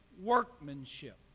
workmanship